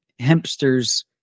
hempsters